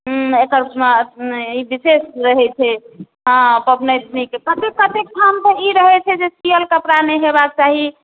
एकर विशेष रहैत छै हँ पबैनतनिके कतेक कतेक ठाम तऽ ई रहैत छै जे सीअल कपड़ा नहि होयबाके चाही